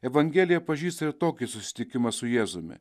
evangelija pažįsta ir tokį susitikimą su jėzumi